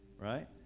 right